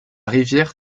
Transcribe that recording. rivière